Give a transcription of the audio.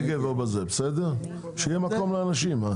שיהיה מקום לאנשים.